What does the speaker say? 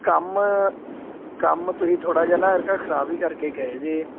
ਕੰਮ ਕੰਮ ਤੁਸੀਂ ਥੋੜ੍ਹਾ ਜਿਹਾ ਨਾ ਐਤਕਾਂ ਖ਼ਰਾਬ ਹੀ ਕਰਕੇ ਗਏ ਜੇ